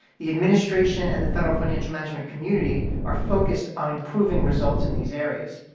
the administration and the federal financial management community are focused on improving results in these areas.